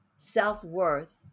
Self-worth